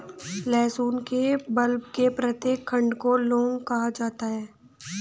लहसुन के बल्ब के प्रत्येक खंड को लौंग कहा जाता है